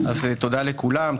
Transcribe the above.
תודה לכולם,